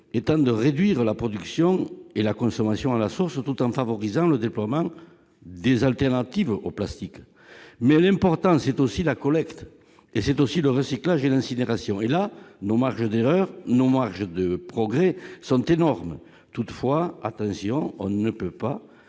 étant de réduire la production et la consommation à la source tout en favorisant le déploiement des alternatives au plastique, mais l'important, c'est aussi la collecte et c'est aussi le recyclage et l'incinération et là nos marges d'erreur non moi je de progrès sont énormes, toutefois attention, on ne peut pas